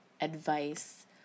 advice